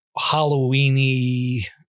Halloween-y